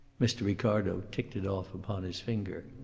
mr. ricardo ticked it off upon his finger.